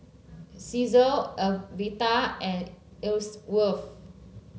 Caesar Alverta and Ellsworth